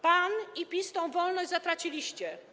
Pan i PiS tę wolność zatraciliście.